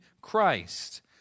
Christ